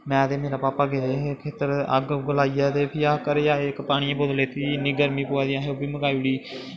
में ते मेरा पापा गेदे हे खेत्तर अग्ग उग्ग लाइयै ते फ्ही अस घरै गी आए इक पानियै दी बोतल लेती दी ही इन्नी गर्मी पवा दी ही असें ओह् बी मकाई ओड़ी